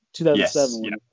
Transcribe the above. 2007